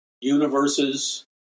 universes